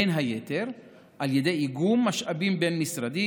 בין היתר על ידי איגום משאבים בין-משרדי